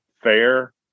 fair